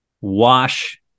wash